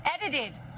edited